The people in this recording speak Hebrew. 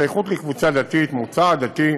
השתייכות לקבוצה דתית, מוצא עדתי,